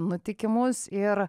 nutikimus ir